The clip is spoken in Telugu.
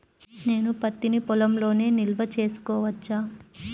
నేను పత్తి నీ పొలంలోనే నిల్వ చేసుకోవచ్చా?